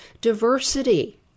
diversity